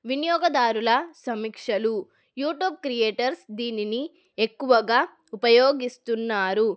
వినియోగదారుల సమీక్షలు YouTube creators దీనిని ఎక్కువగా ఉపయోగిస్తున్నారు